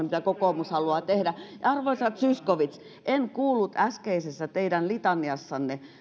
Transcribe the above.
mitä kokoomus haluaa tehdä arvoisa zyskowicz en kuullut teidän äskeisessä litaniassanne